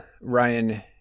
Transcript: Ryan